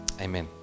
Amen